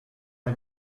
ein